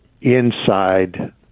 inside